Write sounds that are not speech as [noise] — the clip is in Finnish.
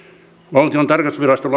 valtion tarkastusviraston [unintelligible]